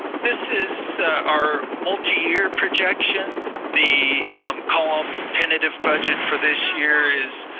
this is our multi-year projection. the column tentative budget for this year is